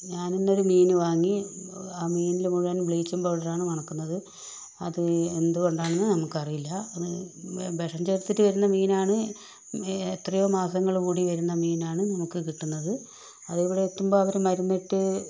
ഞാനിന്നൊരു മീൻ വാങ്ങി ആ മീനിൽ മുഴുവൻ ബ്ലീച്ചിങ് പൗഡറാണ് മണക്കുന്നത് അത് എന്ത്കൊണ്ടാണെന്ന് നമുക്ക് അറിയില്ല വിഷം ചേർത്തിട്ട് വരുന്ന മീനാണ് എത്രയൊ മാസങ്ങൾ കൂടി വരുന്ന മീനാണ് നമുക്ക് കിട്ടുന്നത് അത് ഇവിടെ എത്തുമ്പോൾ അവർ മരുന്നിട്ട്